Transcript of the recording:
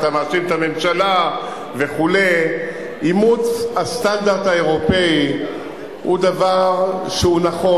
ואתה מאשים את הממשלה וכו' אימוץ הסטנדרט האירופי הוא דבר נכון.